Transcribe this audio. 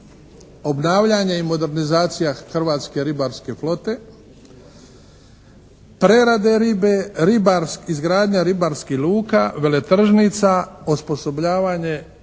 obnavljanje i modernizacija hrvatske ribarske flote, prerade ribe, izgradnja ribarskih luka, veletržnica, osposobljavanje